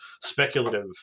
speculative